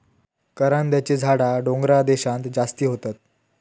करांद्याची झाडा डोंगराळ देशांत जास्ती होतत